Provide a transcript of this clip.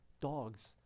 dogs